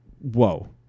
whoa